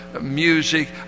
music